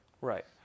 Right